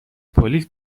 پلیس